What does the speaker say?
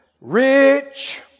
rich